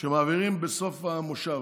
שמעבירים בסוף המושב.